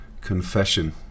confession